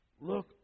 Look